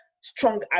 strong